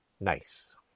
nice